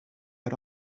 had